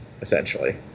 essentially